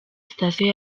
sitasiyo